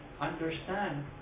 understand